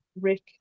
rick